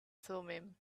thummim